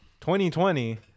2020